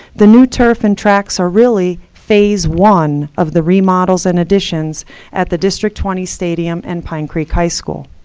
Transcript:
the new turf and tracks are really phase one of the remodels and additions at the district twenty stadium and pine creek high school.